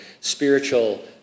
spiritual